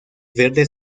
verde